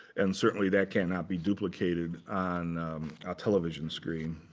and certainly, that cannot be duplicated on a television screen.